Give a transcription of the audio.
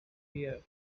here